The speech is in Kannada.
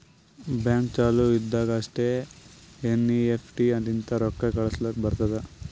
ಬ್ಯಾಂಕ್ ಚಾಲು ಇದ್ದಾಗ್ ಅಷ್ಟೇ ಎನ್.ಈ.ಎಫ್.ಟಿ ಲಿಂತ ರೊಕ್ಕಾ ಕಳುಸ್ಲಾಕ್ ಬರ್ತುದ್